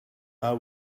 are